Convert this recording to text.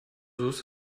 ist